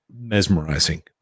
mesmerizing